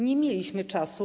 Nie mieliśmy czasu.